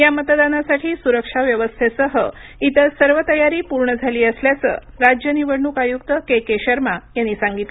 या मतदानासाठी सुरक्षा व्यवस्थेसह इतर सर्व तयारी पूर्ण झाली असल्याचं राज्य निवडणूक आयुक्त केके शर्मा यांनी सांगितलं